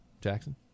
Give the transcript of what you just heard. Jackson